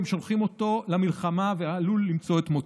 שולחים אותו למלחמה ועלול למצוא את מותו.